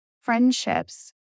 friendships